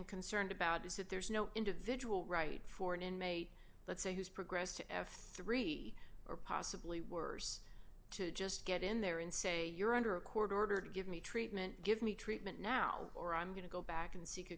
concerned about is that there's no individual right for an inmate let's say who's progressed to three or possibly worse to just get in there and say you're under a court order to give me treatment give me treatment now or i'm going to go back and see